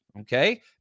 Okay